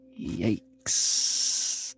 Yikes